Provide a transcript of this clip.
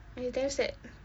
but it's damn sad